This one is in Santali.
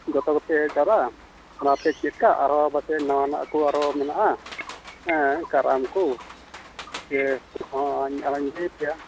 ᱡᱚᱛᱚᱜᱮᱯᱮ ᱦᱮᱡ ᱡᱟᱣᱨᱟᱜᱼᱟ ᱟᱨ ᱟᱯᱮ ᱪᱮᱫᱠᱟ ᱟᱨᱚ ᱵᱟᱥᱮ ᱱᱟᱣᱟᱱᱟᱜ ᱠᱚ ᱟᱨᱚ ᱢᱮᱱᱟᱜᱼᱟ ᱠᱟᱨᱟᱢ ᱠᱚ ᱥᱮ ᱦᱮ ᱟᱨᱦᱚᱸᱧ ᱞᱟᱹᱭ ᱟᱯᱮᱭᱟ